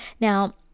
Now